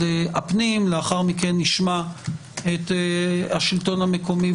הפנים; לאחר מכן נשמע את השלטון המקומי,